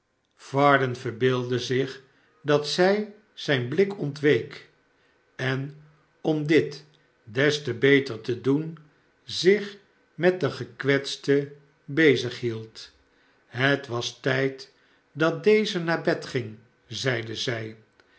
varden verbeeldde zich dat zij zijn blik ontweek en om dit des te beter te doen zich met den gekwetste bezig hield het was tijd dat deze naar bed ging zeide zij